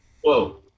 whoa